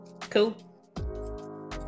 Cool